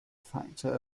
factor